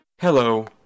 Hello